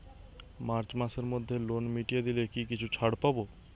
March মাসের মধ্যে loan মিটিয়ে দিলে কি কিছু ছাড় পাব?